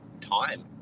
time